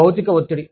భౌతిక ఒత్తిడి